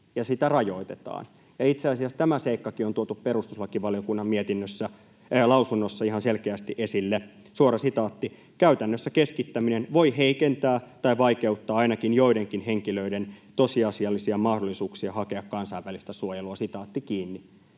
sitä rajoitetaan. Itse asiassa tämäkin seikka on tuotu perustuslakivaliokunnan lausunnossa ihan selkeästi esille, suora sitaatti: ”Käytännössä keskittäminen voi heikentää ja vaikeuttaa ainakin joidenkin henkilöiden tosiasiallisia mahdollisuuksia hakea kansainvälistä suojelua.” Ja vaikka